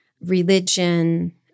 religion